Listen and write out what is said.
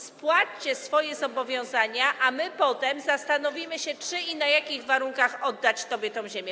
Spłaćcie swoje zobowiązania, a my potem zastanowimy się, czy i na jakich warunkach oddać wam tę ziemię.